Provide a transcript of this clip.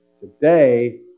today